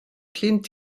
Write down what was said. clint